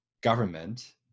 government